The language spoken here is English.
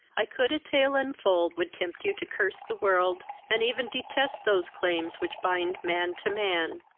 i could a tale unfold would tempt you to curse the world, and even detest those claims which bind man to man.